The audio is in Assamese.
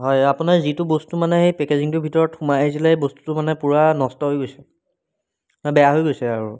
হয় আপোনাৰ যিটো বস্তু মানে সেই পেকেজিংটোৰ ভিতৰত সোমাই আহিছিলে সেই বস্তুটো মানে পূৰা নষ্ট হৈ গৈছে বেয়া হৈ গৈছে আৰু